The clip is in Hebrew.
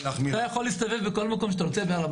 למה לא לעשות את זה כלפי יהודים?